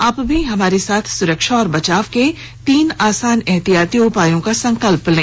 आप भी हमारे साथ सुरक्षा और बचाव के तीन आसान एहतियाती उपायों का संकल्प लें